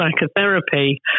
psychotherapy